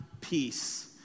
peace